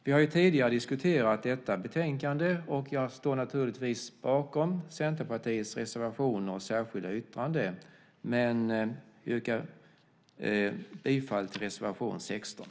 Vi har tidigare diskuterat detta betänkande, och jag står naturligtvis bakom Centerpartiets reservationer och särskilda yttrande, men jag yrkar bifall bara till reservation 16.